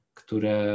które